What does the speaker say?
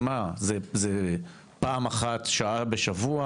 זה פעם אחת שעה בשבוע?